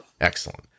Excellent